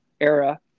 era